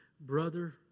Brother